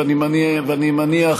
ואני מניח,